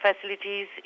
facilities